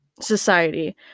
society